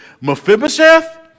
Mephibosheth